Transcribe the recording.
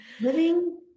living